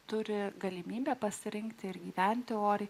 turi galimybę pasirinkti ir gyventi oriai